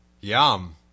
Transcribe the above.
Yum